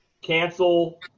cancel